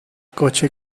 coche